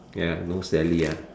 ya no Sally ah